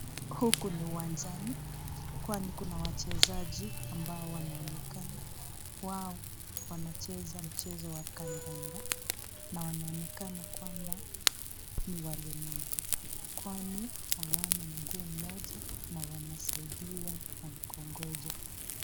Huku ni uwanjani kwani kuna wachezaji ambao wanaonekana. Wao wanacheza mchezo wa kadada na wanaonekana kwamba ni walemavu kwani hawana mguu mmoja na wanasaidiwa na mkogojo.